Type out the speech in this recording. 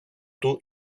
του